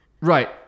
Right